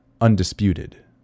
undisputed